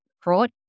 fraud